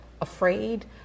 afraid